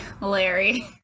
Larry